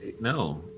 no